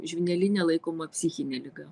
žvynelinė laikoma psichine liga